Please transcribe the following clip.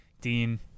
Dean